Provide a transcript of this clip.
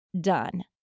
done